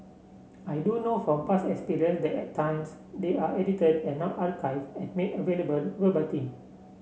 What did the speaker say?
I do know from past experience that at times they are edited and are not archived and made available verbatim